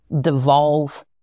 devolve